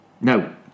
No